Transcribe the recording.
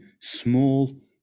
small